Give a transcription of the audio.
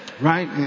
Right